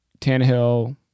Tannehill